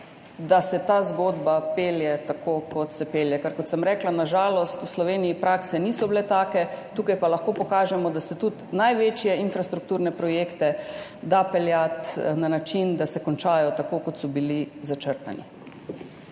da se ta zgodba pelje tako, kot se pelje. Kot sem rekla, na žalost v Sloveniji prakse niso bile take, tukaj pa lahko pokažemo, da se tudi največje infrastrukturne projekte da peljati na način, da se končajo tako, kot so bili začrtani.